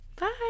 Bye